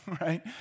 right